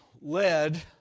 led